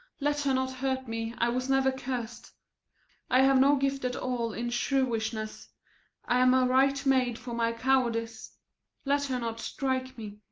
let her not hurt me. i was never curst i have no gift at all in shrewishness i am a right maid for my cowardice let her not strike me.